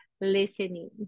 listening